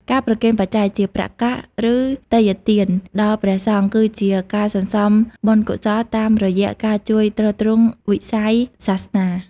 ការប្រគេនបច្ច័យ ជាប្រាក់កាស ឬទេយ្យទានដល់ព្រះសង្ឃ គឺជាការសន្សំបុណ្យកុសលតាមរយៈការជួយទ្រទ្រង់វិស័យសាសនា។